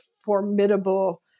formidable –